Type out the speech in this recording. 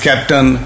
Captain